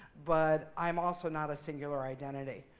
but i'm also not a singular identity.